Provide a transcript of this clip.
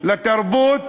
לתרבות